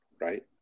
right